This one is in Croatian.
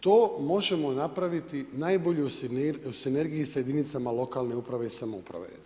To možemo napraviti najbolje u sinergiji s jedinicama lokalne uprave i samouprave.